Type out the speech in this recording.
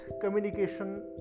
communication